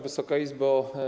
Wysoka Izbo!